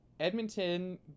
Edmonton